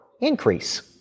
increase